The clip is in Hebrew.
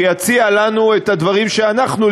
שיציע לנו את הדברים שאנחנו,